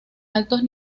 altos